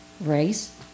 race